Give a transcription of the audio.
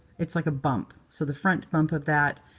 it's like a bump. so the front bump of that,